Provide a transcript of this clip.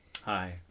hi